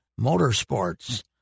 Motorsports